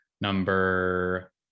number